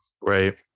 right